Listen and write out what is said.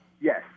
yes